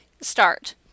start